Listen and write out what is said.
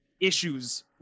issues